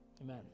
Amen